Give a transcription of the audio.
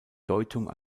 deutung